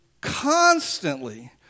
constantly